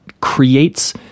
creates